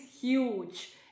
huge